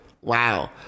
wow